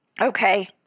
Okay